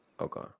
Okay